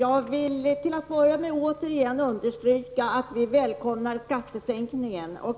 Fru talman! Jag vill återigen understryka att vi moderater välkomnar skattesänkningen.